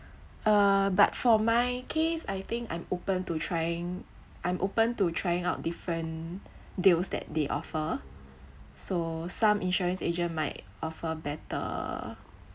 uh but for my case I think I'm open to trying I'm open to trying out different deals that they offer so some insurance agent might offer better